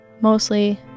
Mostly